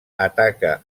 ataca